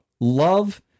love